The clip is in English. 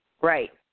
Right